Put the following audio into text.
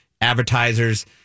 advertisers